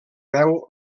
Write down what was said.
veu